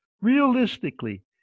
Realistically